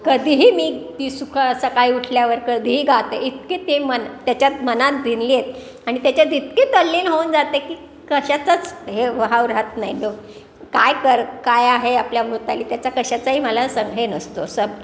कधीही मी ती सुख सकाळी उठल्यावर कधीही गाते इतके ती मना त्याच्यात मनात भिनली आहेत आणि त्याच्यात इतकी तल्लीन होऊन जाते की कशाचाच हे वाव राहत नाही काय कर काय आहे आपल्या भोवताली त्याचा कशाचाही मला सम हे नसतो सब